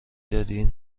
دادی